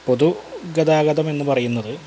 പൊതു ഗതാഗതമെന്ന് പറയുന്നത്